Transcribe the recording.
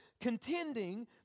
contending